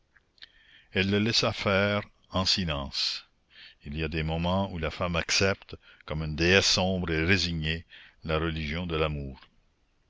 elle le laissa faire en silence il y a des moments où la femme accepte comme une déesse sombre et résignée la religion de l'amour